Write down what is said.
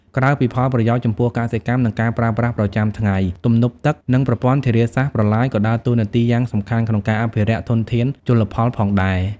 ក្រៅពីផលប្រយោជន៍ចំពោះកសិកម្ម និងការប្រើប្រាស់ប្រចាំថ្ងៃ ទំនប់ទឹក និងប្រព័ន្ធធារាសាស្ត្រ-ប្រឡាយក៏ដើរតួនាទីយ៉ាងសំខាន់ក្នុងការអភិរក្សធនធានជលផលផងដែរ។